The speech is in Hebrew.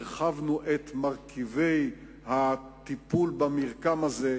הרחבנו את מרכיבי הטיפול במרקם הזה.